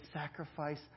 sacrifice